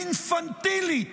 אינפנטילית,